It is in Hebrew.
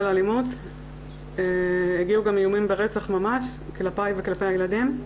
אלימות הגיעו גם איומים ברצח ממש כלפי וכלפי הילדים.